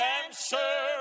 answer